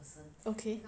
okay